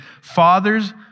Fathers